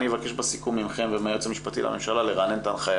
אני אבקש בסיכום ממכם ומהיועץ המשפטי לממשלה לרענן את ההנחיה